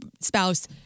spouse